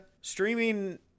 streaming